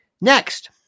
Next